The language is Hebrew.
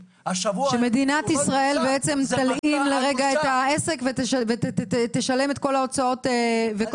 שמדינת ישראל תלאים באופן זמני את העסק ותשלם את כל הוצאותיו?